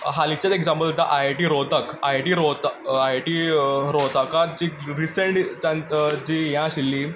हालीचेंच example दिता I I T Rohtak I I T Rohtak I I T रोहतकाक जी recent जी हें आशिल्ली